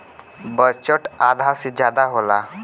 budget आधा से जादा होला